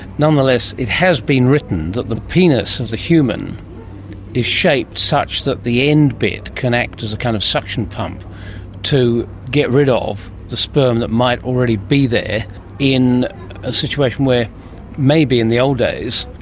nonetheless it has been written that the penis of the human is shaped such that the end bit can act as a kind of suction pump to get rid ah of the sperm that might already be there in a situation where maybe in the old days,